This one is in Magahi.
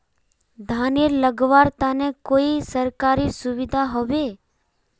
धानेर लगवार तने कोई सरकारी सुविधा होबे?